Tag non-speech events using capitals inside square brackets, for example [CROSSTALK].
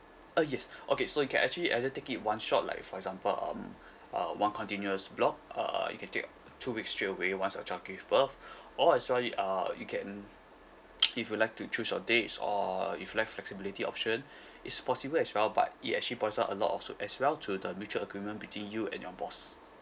uh yes [BREATH] okay so you can actually either take it one shot like for example um uh one continuous block uh you can take two weeks straight away once your child give birth [BREATH] or as well y~ uh you can [NOISE] if you'd like to choose your dates or if you like flexibility option [BREATH] it's possible as well but it actually boils down a lot of soup as well to the mutual agreement between you and your boss